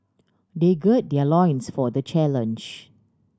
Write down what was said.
they gird their loins for the challenge